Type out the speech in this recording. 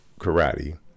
karate